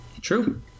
True